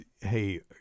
Hey